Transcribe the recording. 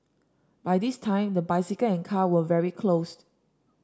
by this time the bicycle and car were very closed